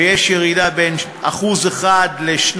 ויש ירידה בין 1% ל-2.5%,